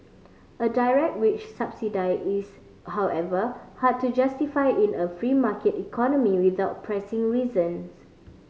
a direct wage subsidy is however hard to justify in a free market economy without pressing reasons